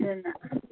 ꯑꯗꯨꯅ